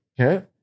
Okay